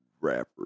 rapper